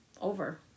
over